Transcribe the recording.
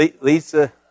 Lisa